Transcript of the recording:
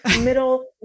middle